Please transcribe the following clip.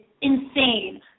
insane